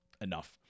enough